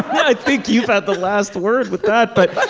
i think you've heard the last word with god but. but